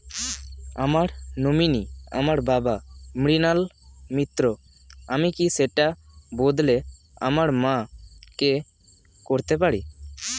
আমার নমিনি আমার বাবা, মৃণাল মিত্র, আমি কি সেটা বদলে আমার মা কে করতে পারি?